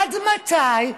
עד מתי,